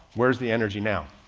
where's the energy now?